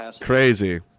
Crazy